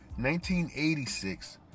1986